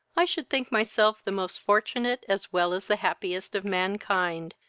i should think myself the most fortunate as well as the happiest of mankind,